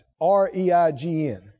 R-E-I-G-N